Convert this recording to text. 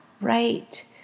right